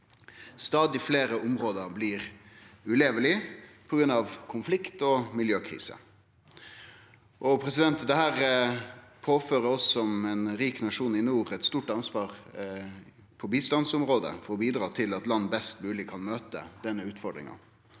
Stadig fleire område blir ulevelege på grunn av konflikt og miljøkriser. Dette påfører oss som ein rik nasjon i nord eit stort ansvar på bistandsområdet for å bidra til at land best mogleg kan møte denne utfordringa.